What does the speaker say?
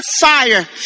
fire